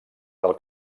del